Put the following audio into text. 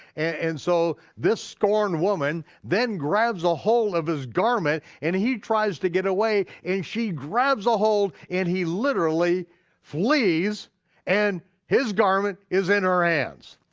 and so this scorned woman then grabs ahold of his garment and he tries to get away, and she grabs ahold, and he literally flees and his garment is in her hands.